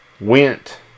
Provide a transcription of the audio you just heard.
went